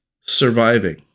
surviving